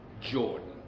Jordan